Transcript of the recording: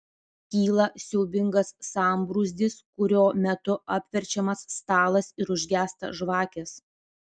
kyla siaubingas sambrūzdis kurio metu apverčiamas stalas ir užgęsta žvakės